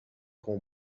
com